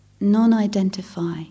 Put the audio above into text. non-identify